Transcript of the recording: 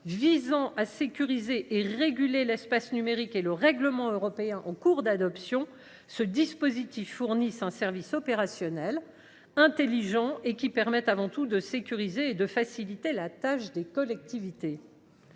visant à sécuriser et réguler l’espace numérique, dit Sren, et le règlement européen en cours d’adoption, ce dispositif fournisse un service opérationnel, intelligent et qui permette avant tout de sécuriser et de faciliter la tâche des collectivités.